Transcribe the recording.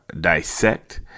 dissect